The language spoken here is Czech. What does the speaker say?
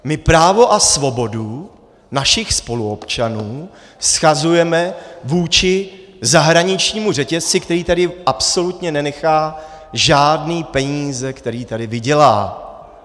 My právo a svobodu našich spoluobčanů shazujeme vůči zahraničnímu řetězci, který tady absolutně nenechá žádné peníze, které tady vydělá.